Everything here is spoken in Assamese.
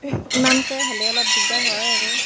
ইমানকৈ হ'লে অলপ দিগদাৰ হয় আৰু